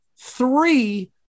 three